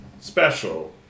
special